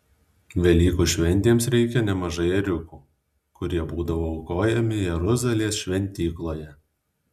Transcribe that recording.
velykų šventėms reikia nemažai ėriukų kurie būdavo aukojami jeruzalės šventykloje